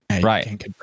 Right